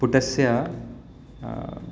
पुटस्य